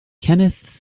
kenneth